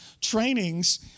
trainings